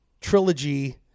trilogy